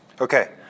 Okay